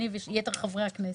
אני ביקשתי וביקשו יתר חברי הכנסת